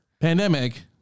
Pandemic